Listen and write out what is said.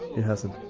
he hasn't?